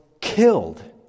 killed